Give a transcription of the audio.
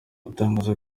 atangaza